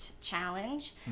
challenge